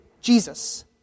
Jesus